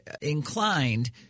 inclined